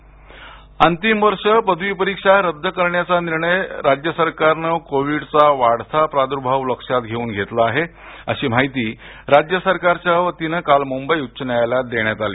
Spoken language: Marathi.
पदवी परीक्षा रद्द अंतिम वर्ष पदवी परीक्षा रद्द करण्याचा निर्णय राज्य सरकारनं कोविडचा वाढता प्रादुर्भाव लक्षात घेऊन घेतला आहे अशी माहिती राज्य सरकारच्या वतीनं काल मुंबई उच्च न्यायालयात देण्यात आली